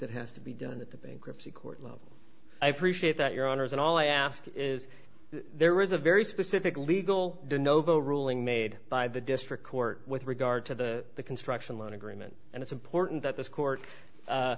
that has to be done at the bankruptcy court level i appreciate that your honor is and all i ask is there is a very specific legal novo ruling made by the district court with regard to the construction loan agreement and it's important that this court